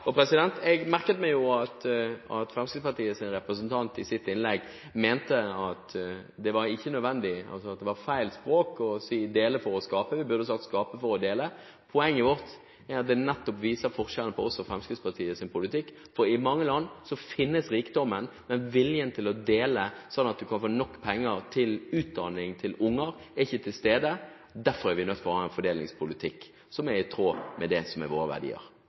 Jeg merket meg at Fremskrittspartiets representant i sitt innlegg mente at det ikke var nødvendig – at det var feil å si dele for å skape, vi burde sagt skape for å dele. Poenget vårt er at det nettopp viser forskjellen på vår og Fremskrittspartiets politikk. I mange land finnes rikdommen, men viljen til å dele, slik at en kan få nok penger til utdanning til unger, ikke er tilstede. Derfor er vi nødt til å ha en fordelingspolitikk som er i tråd med